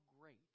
great